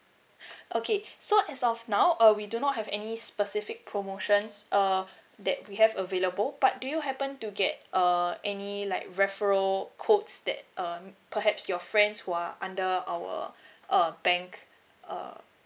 okay so as of now uh we do not have any specific promotions err that we have available but do you happen to get uh any like referral codes that um perhaps your friends who are under our uh bank err